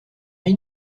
ris